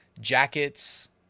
Jackets